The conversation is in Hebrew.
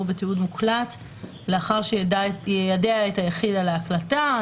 בתיעוד מוקלט לאחר שיידע את היחיד על ההקלטה".